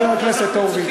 חבר הכנסת הורוביץ.